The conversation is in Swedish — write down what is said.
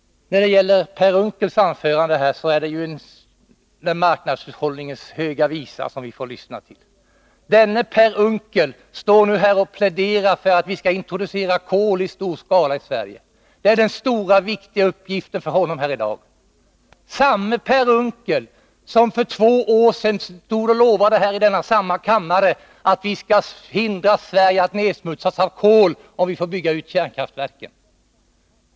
När det gäller Per Unckels anförande här, är det en marknadshushållningens höga visa vi får lyssna till. Denne Per Unckel står nu här och pläderar för att vi skall introducera kol i stor skala i Sverige. Det är den stora, viktiga uppgiften för honom här i dag. Samme Per Unckel som för två år sedan stod i denna kammare och lovade att vi skall förhindra att Sverige nedsmutsas av kol om vi får bygga ut kärnkraften.